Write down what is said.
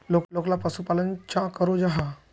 लोकला पशुपालन चाँ करो जाहा?